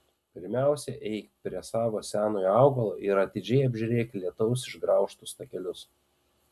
pirmiausia eik prie savo senojo augalo ir atidžiai apžiūrėk lietaus išgraužtus takelius